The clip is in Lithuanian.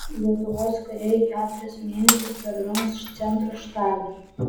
lietuvos kariai keturis mėnesius tarnaus centro štabe